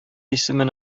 исемен